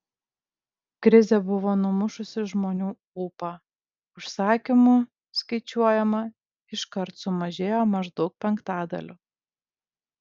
krizė buvo numušusi žmonių ūpą užsakymų skaičiuojama iškart sumažėjo maždaug penktadaliu